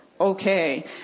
Okay